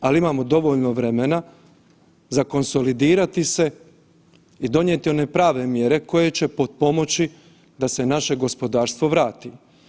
Ali imamo dovoljno vremena za konsolidirati se i donijeti one prave mjere koje će potpomoći da se naše gospodarstvo vrati.